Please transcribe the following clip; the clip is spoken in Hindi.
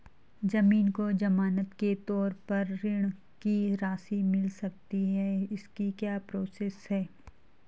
ज़मीन को ज़मानत के तौर पर ऋण की राशि मिल सकती है इसकी क्या प्रोसेस है?